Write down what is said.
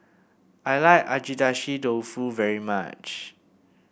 I like Agedashi Dofu very much